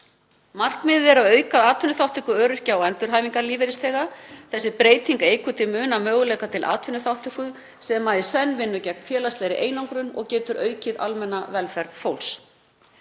Markmiðið er að auka atvinnuþátttöku öryrkja og endurhæfingarlífeyrisþega. Þessi breyting eykur til muna möguleika til atvinnuþátttöku sem í senn vinnur gegn félagslegri einangrun og getur aukið almenna velferð fólks.